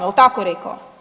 Jel' tako rekao?